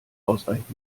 ausreichend